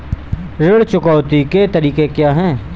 ऋण चुकौती के तरीके क्या हैं?